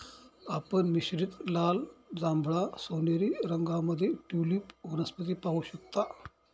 आपण मिश्रित लाल, जांभळा, सोनेरी रंगांमध्ये ट्यूलिप वनस्पती पाहू शकता